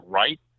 right